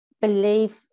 believe